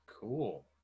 Cool